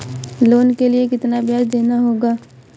Loan के लिए कितना ब्याज देना होगा?